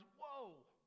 whoa